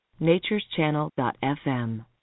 natureschannel.fm